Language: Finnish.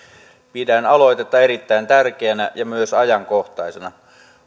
pidän aloitetta erittäin tärkeänä ja myös ajankohtaisena